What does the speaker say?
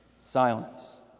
Silence